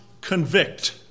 convict